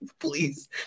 please